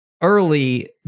early